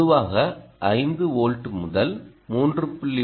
பொதுவாக 5 வோல்ட் முதல் 3